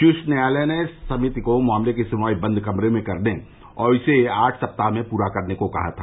शीर्ष न्यायालय ने समिति को मामले की सुनवाई बंद कमरे में करने और इसे आठ सप्ताह में पूरा करने को कहा था